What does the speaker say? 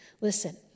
Listen